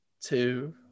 two